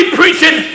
preaching